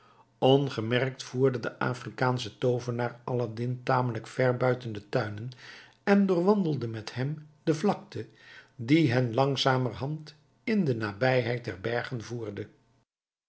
ongemerkt voerde de afrikaansche toovenaar aladdin tamelijk ver buiten de tuinen en doorwandelde met hem de vlakte die hen langzamerhand in de nabijheid der bergen voerde